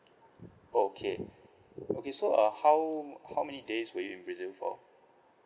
okay okay so uh how how many days were you in brazil for